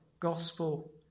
Gospel